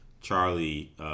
Charlie